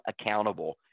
accountable